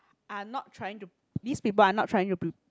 are not trying to this person are not trying to be